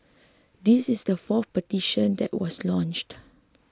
this is the fourth petition that was launched